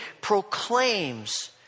proclaims